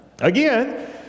Again